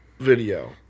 video